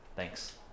Thanks